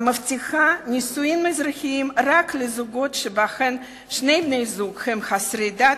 המבטיחה נישואים אזרחיים רק לזוגות שבהם שני בני-הזוג הם חסרי דת,